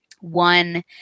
one